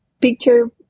picture